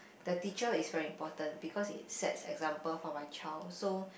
the teacher is very important because it sets example for my child so